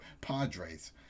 Padres